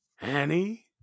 Annie